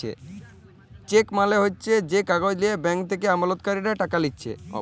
check মালে হচ্যে যে কাগজ লিয়ে ব্যাঙ্ক থেক্যে আমালতকারীরা টাকা লিছে